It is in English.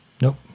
Nope